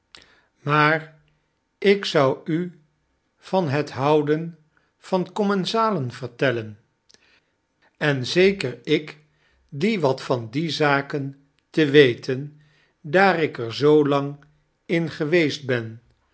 maar ik zou u van het houden van commensalen vertellen en zeker ik dien wat van die zaken te weten daar ik er zoo lang in geweest ben